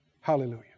Hallelujah